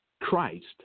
Christ